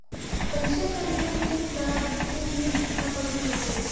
पइसा कर लेन देन का बिसे में लिखा पढ़ी होथे